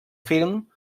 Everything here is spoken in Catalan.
film